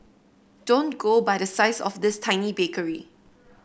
don't go by the size of this tiny bakery